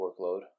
workload